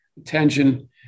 attention